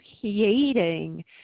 creating